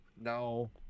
no